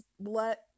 let